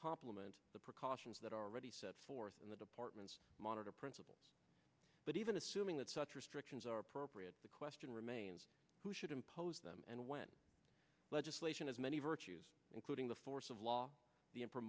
complement the precautions that are already set forth in the department's monitor principle but even assuming that such restrictions are appropriate the question remains who should impose them and when legislation is many virtues including the force of law the